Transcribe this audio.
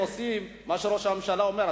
הם עושים מה שראש הממשלה אומר.